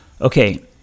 Okay